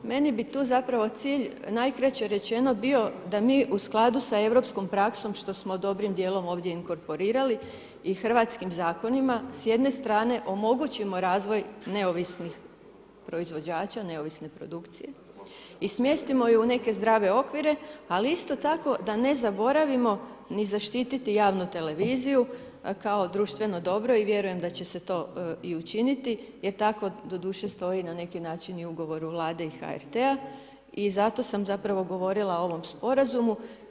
Meni bi tu zapravo cilj, najkraće rečeno bio da mi u skladu sa europskom praksu, što smo dobrim dijelom ovdje inkorporirali, i hrvatskim zakonima s jedne strane, omogućimo razvoj neovisnih proizvođača, neovisne produkcije i smjestimo je u neke zdrave okvire, ali isto tako da ne zaboravimo ni zaštititi javnu televiziju kao društveno dobro i vjerujem da će se to i učiniti jer tako doduše stoji na neki način i u ugovoru Vlade i HRT-a i zato sam zapravo govorila o ovom sporazumu.